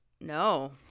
No